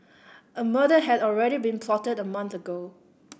a murder had already been plotted a month ago